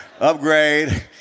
upgrade